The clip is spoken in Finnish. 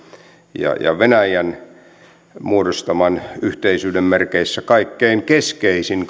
ja ja venäjän muodostaman yhteisyyden merkeissä kaikkein keskeisin